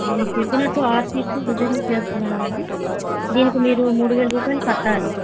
మీరు చెప్పినట్టు ఆరు సీట్స్ రిసర్వ్ చేస్తున్నాను మేడం దీనికి మీరు మూడు వేల రూపాయలు కట్టాలి